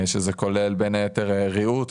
שזה כולל בין היתר ריהוט,